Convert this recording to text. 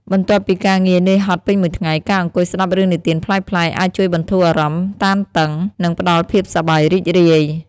បន្ទាប់ពីការងារនឿយហត់ពេញមួយថ្ងៃ ការអង្គុយស្ដាប់រឿងនិទានប្លែកៗ អាចជួយបន្ធូរអារម្មណ៍តានតឹង និងផ្ដល់ភាពសប្បាយរីករាយ។